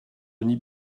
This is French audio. n’y